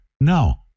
no